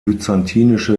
byzantinische